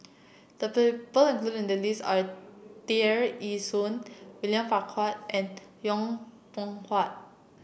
the people included in the list are Tear Ee Soon William Farquhar and Yong Pung How